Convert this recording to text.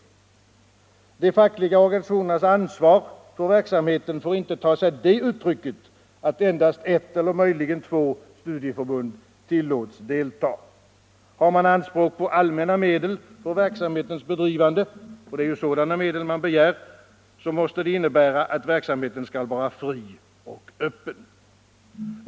De fackliga organisationernas ansvar för verksamheten får inte ta sig det uttrycket att endast ett eller möjligen två studieförbund tillåts delta. Har man anspråk på allmänna medel för verksamhetens bedrivande — och det är sådana medel man begär — måste det innebära att verksamheten skall vara fri och öppen.